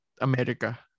America